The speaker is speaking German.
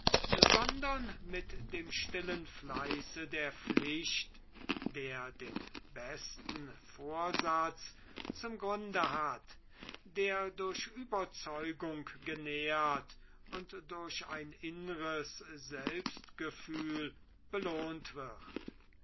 sondern mit dem stillen fleiße der pflicht der den besten vorsatz zum grunde hat der durch überzeugung genährt und durch ein inneres selbstgefühl belohnt wird